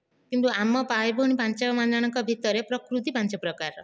କିନ୍ତୁ ଆମ ଭାଇ ଭଉଣୀ ପାଞ୍ଚ ଜଣଙ୍କ ଭିତରେ ପ୍ରକୃତି ପାଞ୍ଚ ପ୍ରକାରର